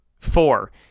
four